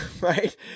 right